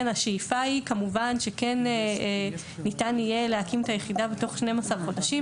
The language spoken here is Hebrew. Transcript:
השאיפה היא כמובן שכן ניתן יהיה להקים את היחידה בתוך 12 חודשים,